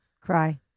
Cry